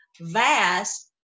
Vast